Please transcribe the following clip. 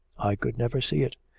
i could never see it.